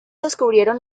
descubrieron